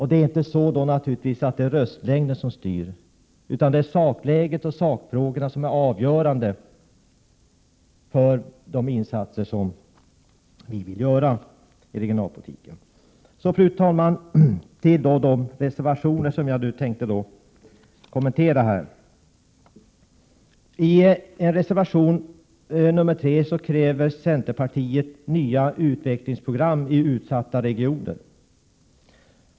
Det är naturligtvis inte röstlängden som styr, utan det är sakläget, sakfrågorna, som är avgörande för de insatser vi vill göra i regionalpolitiken. Fru talman! Jag övergår nu till att kommentera reservationerna. I reservation 3 kräver centerpartiet nya utvecklingsprogram i utsatta regioner.